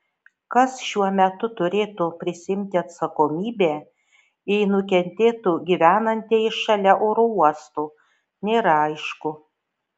kas šiuo metu turėtų prisiimti atsakomybę jei nukentėtų gyvenantieji šalia oro uosto nėra aišku